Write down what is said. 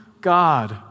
God